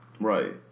Right